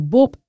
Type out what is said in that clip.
Bob